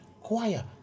choir